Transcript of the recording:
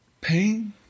pain